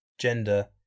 Gender